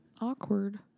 awkward